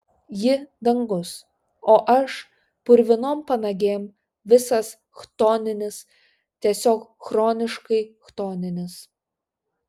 ji dangus o aš purvinom panagėm visas chtoninis tiesiog chroniškai chtoninis